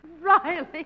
Riley